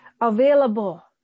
available